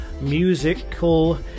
musical